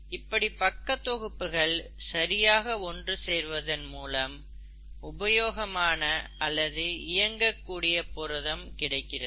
இப்படி பக்க தொகுப்புகள் சரியாக ஒன்று சேர்வதன் மூலம் உபயோகமான அல்லது இயங்கக்கூடிய புரதம் கிடைக்கிறது